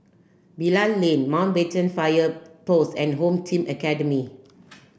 Bilal Lane Mountbatten Fire Post and Home Team Academy